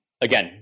again